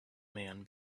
man